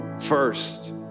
first